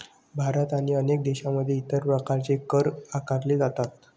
भारत आणि अनेक देशांमध्ये इतर प्रकारचे कर आकारले जातात